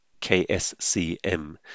KSCM